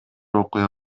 окуя